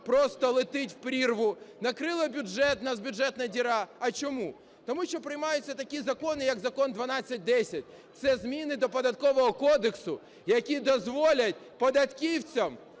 просто летить в прірву; накрила бюджет, в нас бюджетна діра. А чому? Тому що приймаються такі закони, як Закон 1210 – це зміни до Податкового кодексу, які дозволять податківцям